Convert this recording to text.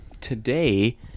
today